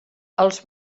els